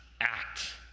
act